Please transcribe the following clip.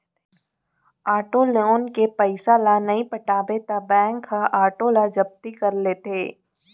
auto loan के पइसा ल नइ पटाबे त बेंक ह आटो ल जब्ती कर लेथे